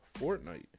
Fortnite